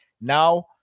Now